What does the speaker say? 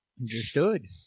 Understood